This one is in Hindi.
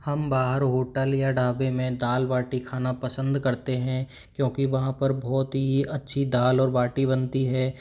हम बाहर होटल या ढाबे में दाल बाटी खाना पसंद करते हैं क्योंकि वहाँ पर बहुत ही अच्छी दाल और बाटी बनती है